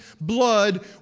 blood